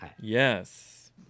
Yes